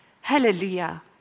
Hallelujah